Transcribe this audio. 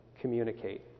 communicate